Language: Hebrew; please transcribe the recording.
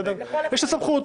יש לו סמכות,